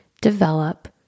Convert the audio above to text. develop